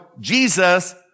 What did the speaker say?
Jesus